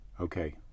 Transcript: Okay